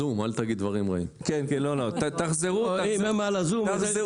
להם שאני עסוק ושיחזרו אלי יותר מאוחר.